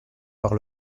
par